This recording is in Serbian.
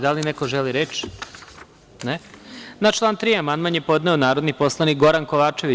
Da li neko želi reč? (Ne) Na član 3. amandman je podneo narodni poslanik Goran Kovačević.